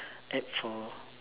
apt for